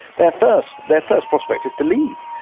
their first their first prospect is to leave.